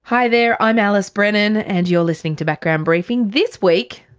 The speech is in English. hi there, i'm alice brennan and you're listening to background briefing. this week,